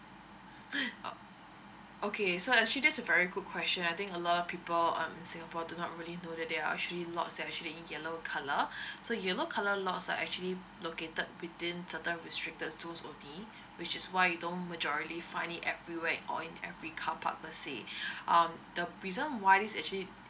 oh okay so actually that's a very good question I think a lot of people um in singapore do not really know that they are actually lots that are actually in yellow colour so yellow colour lots are actually located between certain restricted zones only which is why you don't majority find it everywhere or in every carpark um the reason why this is actually